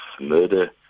murder